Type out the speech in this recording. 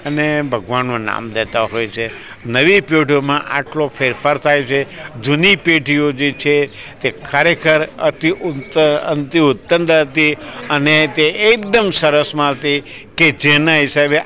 અને ભગવાનનું નામ દેતા હોય છે નવી પેઢીઓમાં આટલો ફેરફાર થાય છે જૂની પેઢીઓ જે છે તે ખરેખર અતિ અતિ ઉત્તંડ હતી અને તે એકદમ સરસમાં આવતી કે જેના હિસાબે